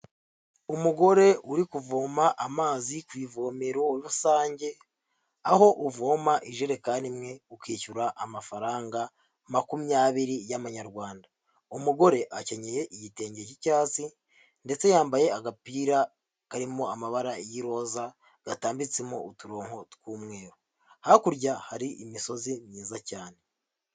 Umugore uri kuvoma amazi ku ivomero rusange, aho uvoma ijerekani imwe ukishyura amafaranga makumyabiri y'amanyarwanda, umugore akenyeye igitenge cy'icyatsi ndetse yambaye agapira karimo amabara y'iroza, gatambitsemo uturonko tw'umweru, hakurya hari imisozi myiza cyane.